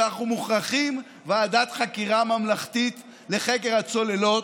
שאנחנו מוכרחים ועדת חקירה ממלכתית לחקר הצוללות,